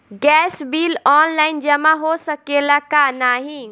Gas bill online जमा हो सकेला का नाहीं?